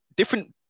different